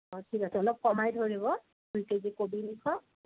অঁ ঠিক আছে অলপ কমাই ধৰিব দুই কেজি কবি লিখক